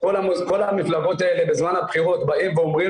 כל המפלגות האלה בזמן הבחירות באים ואומרים